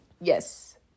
Yes